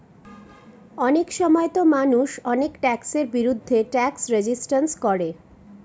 অনেক সময়তো মানুষ অনেক ট্যাক্সের বিরুদ্ধে ট্যাক্স রেজিস্ট্যান্স করে